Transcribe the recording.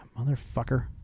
Motherfucker